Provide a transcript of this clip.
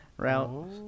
route